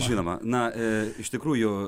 žinoma na iš tikrųjų